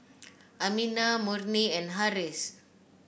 Aminah Murni and Harris